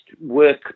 work